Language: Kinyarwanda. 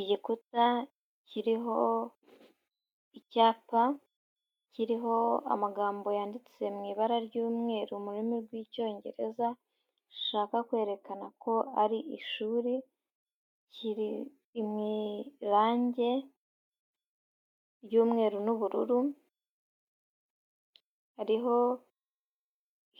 Igikuta kiriho icyapa, kiriho amagambo yanditse mu ibara ry'umweru mu rurimi rw'Icyongereza, bishaka kwerekana ko ari ishuri, kiri mu irange ry'umweru n'ubururu, hariho